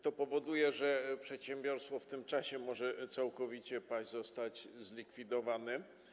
To powoduje, że przedsiębiorstwo w tym czasie może całkowicie upaść, zostać zlikwidowane.